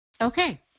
okay